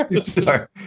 Sorry